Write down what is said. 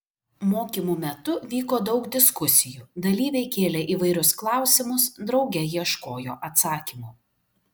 mokymų metu vyko daug diskusijų dalyviai kėlė įvairius klausimus drauge ieškojo atsakymų